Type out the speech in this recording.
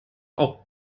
auch